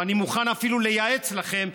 ואני מוכן אפילו לייעץ לכם,